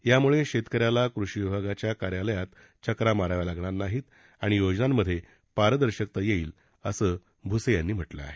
यामुळे शेतकऱ्याला कृषी विभागाच्या कार्यालयात चकरा माराव्या लागणार नाहीत आणि योजनांमध्ये पारदर्शकता येईल असं कृषीमंत्री भूसे यांनी म्हटलं आहे